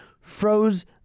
froze